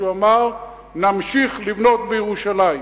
שאמר: נמשיך לבנות בירושלים.